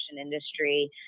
industry